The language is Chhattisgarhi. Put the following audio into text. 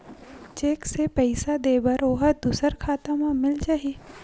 चेक से पईसा दे बर ओहा दुसर खाता म मिल जाही?